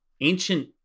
ancient